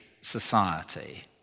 society